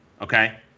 okay